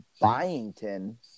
Byington